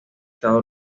estado